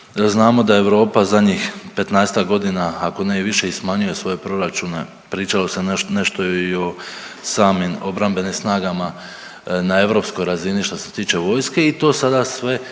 Znamo da Europa zadnjih 15-tak godina, ako ne i više, i smanjuje svoje proračune, pričalo se nešto i o samim obrambenim snagama na europskoj razini što se tiče vojske i to sada sve